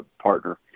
partner